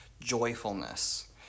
joyfulness